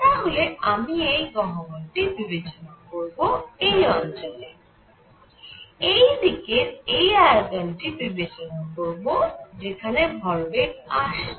তাহলে আমি এই গহ্বরটি বিবেচনা করব এই অঞ্চলে এইদিকের এই আয়তনটি বিবেচনা করব যেখানে ভরবেগ আসছে